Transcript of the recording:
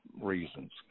reasons